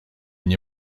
nie